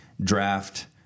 draft